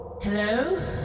Hello